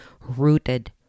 rooted